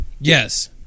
Yes